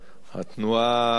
התנועה,